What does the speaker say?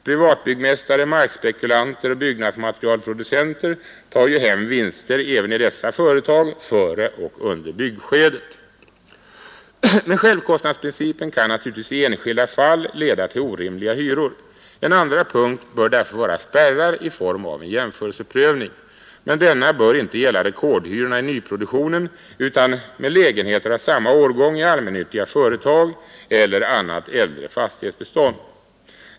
Privatbyggmästare, markspekulanter och byggnadsmaterialproducenter tar ju hem vinster även i dessa företag före och under byggskedet. Men självkostnadsprincipen kan naturligtvis i enskilda fall leda till orimliga hyror. En andra punkt bör därför vara spärrar i form av en jämförelseprövning. Men denna bör inte gälla rekordhyrorna i nyproduktionen utan lägenheter av samma årgång i allmännyttiga företag eller annat äldre fastighetsbestånd.